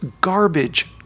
garbage